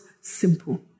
simple